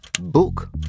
Book